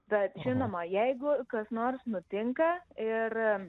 bet žinoma jeigu kas nors nutinka ir